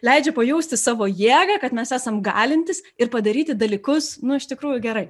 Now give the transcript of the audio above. leidžia pajausti savo jėgą kad mes esam galintys ir padaryti dalykus nu iš tikrųjų gerai